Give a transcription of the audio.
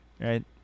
Right